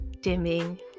dimming